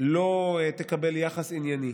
לא תקבל יחס ענייני,